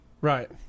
Right